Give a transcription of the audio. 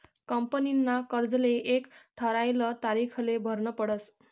कंपनीना कर्जले एक ठरायल तारीखले भरनं पडस